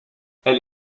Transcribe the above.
elle